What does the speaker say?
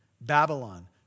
Babylon